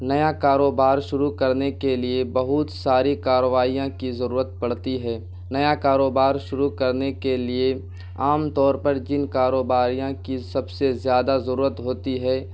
نیا کاروبار شروع کرنے کے لیے بہت ساری کاروائیاں کی ضرورت پڑتی ہے نیا کاروبار شروع کرنے کے لیے عام طور پر جن کاروباریاں کی سب سے زیادہ ضرورت ہوتی ہے